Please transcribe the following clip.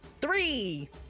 Three